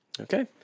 okay